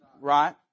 Right